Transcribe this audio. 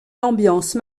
l’ambiance